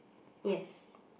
yes